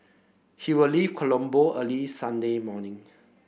he will leave Colombo early Sunday morning